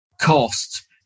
cost